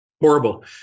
horrible